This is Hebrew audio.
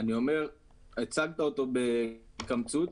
הצגת אותו בקמצוץ.